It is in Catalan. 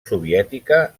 soviètica